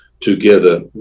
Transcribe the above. together